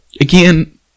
again